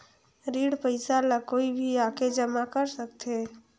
ऋण पईसा ला कोई भी आके जमा कर सकथे?